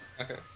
Okay